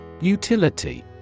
Utility